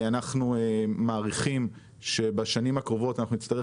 אנחנו מעריכים שבשנים הקרובות נצטרך